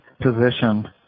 position